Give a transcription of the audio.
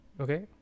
Okay